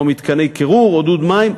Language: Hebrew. או מתקני קירור או דוד מים,